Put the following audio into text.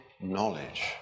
knowledge